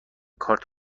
کارت